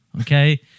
okay